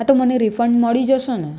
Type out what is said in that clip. હા તો મને રિફંડ મળી જશે ને